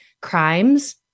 crimes